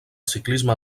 ciclisme